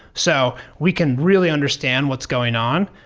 so we can really understand what's going on.